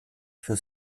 für